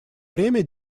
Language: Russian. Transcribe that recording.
время